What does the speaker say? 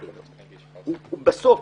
בסוף,